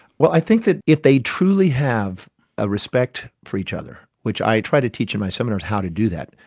well i think that if they truly have a respect for each other, which i try to teach in my seminars how to do that,